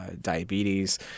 diabetes